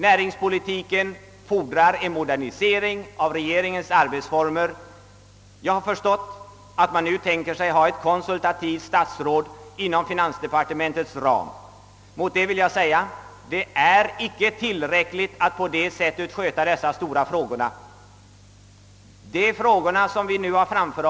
Näringspolitiken fordrar en modernisering av regeringens arbetsformer. Jag har förstått att man nu avser att tillsätta ett konsultativt statsråd knuten till finansdepartementet. Det är inte tillräckligt att sköta de näringspolitiska frågorna på det sättet.